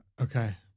Okay